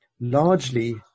largely